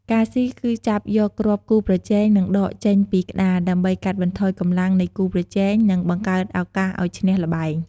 ការស៊ី គឺចាប់យកគ្រាប់គូប្រជែង និងដកចេញពីក្ដារ ដើម្បីកាត់បន្ថយកម្លាំងនៃគូប្រជែង និងបង្កើតឱកាសឲ្យឈ្នះល្បែង។